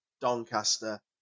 Doncaster